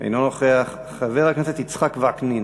אינו נוכח, חבר הכנסת יצחק וקנין,